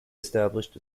established